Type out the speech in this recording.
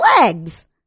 legs